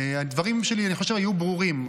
הדברים שלי היו ברורים,